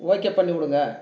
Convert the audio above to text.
okay பண்ணி விடுங்க